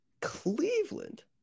Cleveland